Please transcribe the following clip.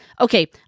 Okay